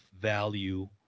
value